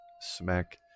smack